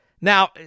Now